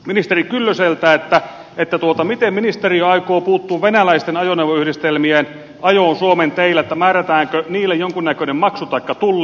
kysynkin nyt ministeri kyllöseltä miten ministeriö aikoo puuttua venäläisten ajoneuvoyhdistelmien ajoon suomen teillä määrätäänkö niille jonkinnäköinen maksu taikka tulli